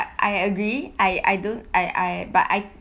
agree I I don't I I but I